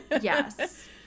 Yes